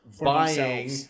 buying